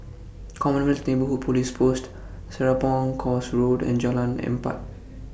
Commonwealth Neighbourhood Police Post Serapong Course Road and Jalan Empat